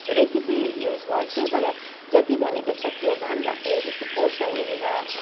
त्यो recipe use गर्छु तर जति भनेको छ त्यो भन्दाखेरि त्यसको पोर्सन हेरेर